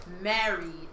married